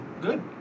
Good